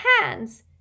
hands